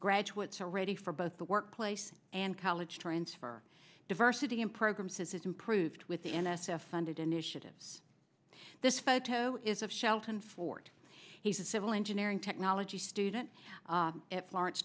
graduates are ready for both the workplace and college transfer diversity in program says it's improved with the n s f funded initiatives this photo is of shelton ford he's a civil engineering technology student at florence